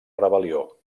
rebel·lió